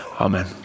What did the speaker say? Amen